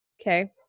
Okay